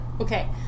Okay